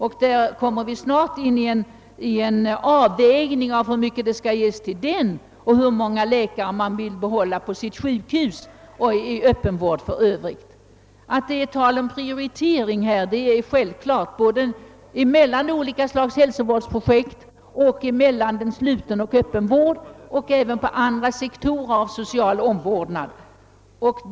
Vi kommer snart att få göra en avvägning av hur mycket som bör satsas på denna och hur många läkare som bör behållas på sjukhusen och i den öppna vården i övrigt. Det är självklart att det måste förekomma en prioritering och avvägning både mellan olika slag av hälsovård, mellan öppen och sluten vård och även mellan sjukvården över huvud taget och annan social omvårdnad.